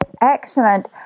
Excellent